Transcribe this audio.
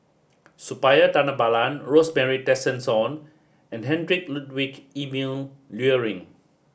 Suppiah Dhanabalan Rosemary Tessensohn and Heinrich Ludwig Emil Luering